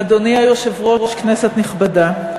אדוני היושב-ראש, כנסת נכבדה,